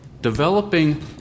developing